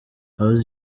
abazi